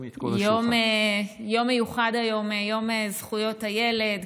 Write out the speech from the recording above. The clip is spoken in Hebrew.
יום מיוחד היום, יום זכויות הילד.